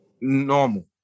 normal